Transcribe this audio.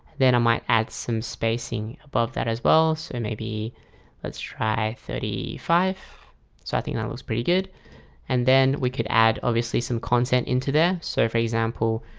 then i might add some spacing above that as well so, maybe let's try thirty five so i think that looks pretty good and then we could add obviously some content into there so for example,